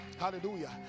hallelujah